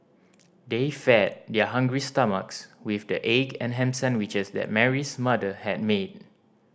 they fed their hungry stomachs with the egg and ham sandwiches that Mary's mother had made